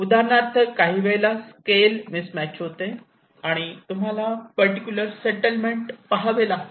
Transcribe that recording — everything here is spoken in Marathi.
उदाहरणार्थ काही वेळेला स्केल मिस मॅच होते आणि तुम्हाला पर्टिक्युलर सेटलमेंट पाहावे लागते